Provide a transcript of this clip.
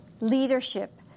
Leadership